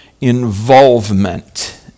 involvement